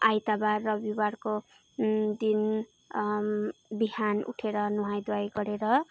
आइतवार रविवारको दिन बिहान उठेर नुहाइ धुवाइ गरेर